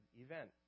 event